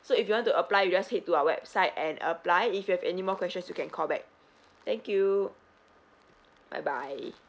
so if you want to apply you just head to our website and apply if you have any more questions you can call back thank you bye bye